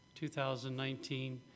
2019